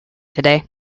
today